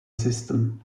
system